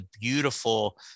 beautiful